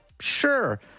sure